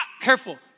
careful